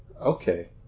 Okay